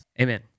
Amen